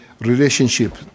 relationship